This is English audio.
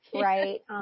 Right